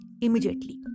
immediately